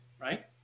right